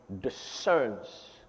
discerns